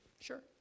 Sure